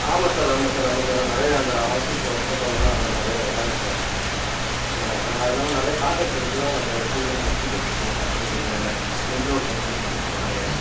ஆமாம் சார் ஆமாம் சார் ஆமாம் சார் ஆனால் நிறையா அந்த ஆஃபிஸில் ஒர்க் பண்ணுறவங்கள்லாம் நிறையா வராங்க சார் என்ன நம்ம அது இல்லாமல் நிறைய காண்ட்ராக்ட் எடுத்து தான் அந்த டீலாம் நம்ம கொடுத்துக்கிட்ருக்கோம் கம்பெனிக்கு இந்த இன்ட்ரவல் டைத்தில் கொடுத்துக்கிட்ருக்கோம் நிறைய